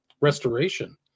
restoration